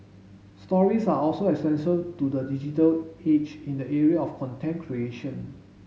stories are also essential to the digital age in the area of content creation